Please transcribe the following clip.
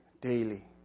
daily